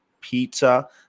pizza